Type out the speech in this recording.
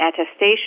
attestation